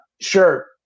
Sure